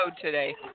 today